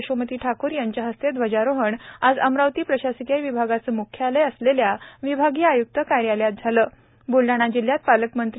यशोमती ठाकूर यांच्या हस्ते ध्वजारोहण आज अमरावती प्रशासकीय विभागाचे म्ख्यालय असलेल्या विभागीय आय्क्त कार्यालयात झाले ब्लडाणा जिल्हयात पालकमंत्री ना